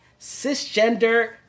Cisgender